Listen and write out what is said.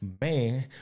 Man